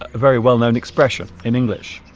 ah very well-known expression in english